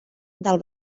del